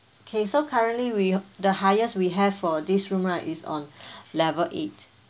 okay so currently we h~ the highest we have for this room right is on level eight